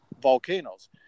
volcanoes